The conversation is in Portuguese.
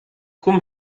como